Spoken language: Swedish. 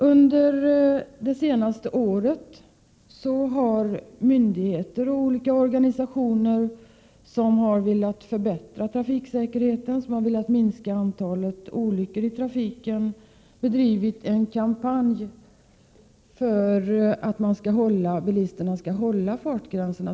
Under det senaste året har myndigheter och olika organisationer som velat förbättra trafiksäkerheten och minska antalet olyckor i trafiken bedrivit en kampanj för att bilisterna skall hålla gällande fartgränser.